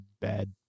bad